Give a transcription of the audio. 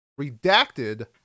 Redacted